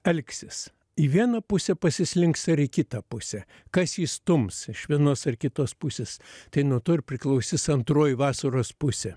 elgsis į vieną pusę pasislinks ar į kitą pusę kas jį stums iš vienos ar kitos pusės tai nuo to ir priklausys antroji vasaros pusė